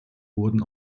wurden